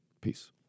Peace